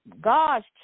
God's